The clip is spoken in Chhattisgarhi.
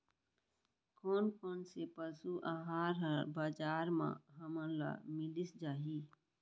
कोन कोन से पसु आहार ह बजार म हमन ल मिलिस जाही?